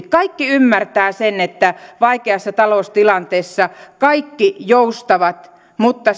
kaikki ymmärtävät sen että vaikeassa taloustilanteessa kaikki joustavat mutta